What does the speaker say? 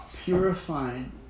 Purifying